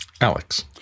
Alex